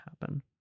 happen